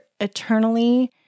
eternally